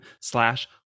slash